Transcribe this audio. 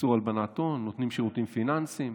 איסור הלבנת הון, נותני שירותים פיננסיים,